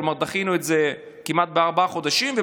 כלומר דחינו את זה בארבעה חודשים כמעט,